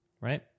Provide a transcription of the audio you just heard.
Right